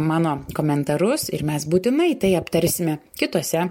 mano komentarus ir mes būtinai tai aptarsime kituose